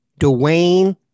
Dwayne